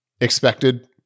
expected